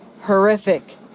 horrific